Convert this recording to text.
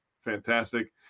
fantastic